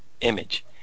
image